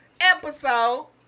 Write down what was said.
episode